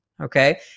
Okay